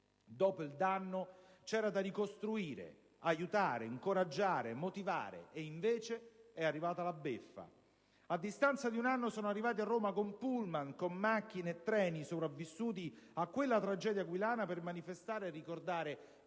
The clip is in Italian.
Dopo il danno c'era da ricostruire, aiutare, incoraggiare, motivare e invece è arrivata la beffa. A distanza di un anno, sono arrivati a Roma, con pullman, macchine e treni, i sopravvissuti alla tragedia aquilana per manifestare e ricordare